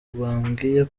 bambwiye